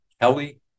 Kelly